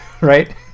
right